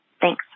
Thanks